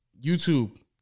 YouTube